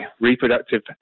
reproductive